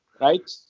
right